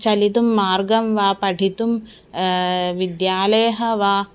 चलितुं मार्गं वा पठितुं विद्यालयः वा